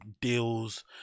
deals